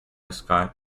scott